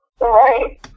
Right